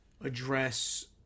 address